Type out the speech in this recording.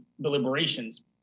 deliberations